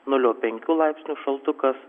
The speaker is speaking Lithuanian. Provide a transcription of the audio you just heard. nulio penkių laipsnių šaltukas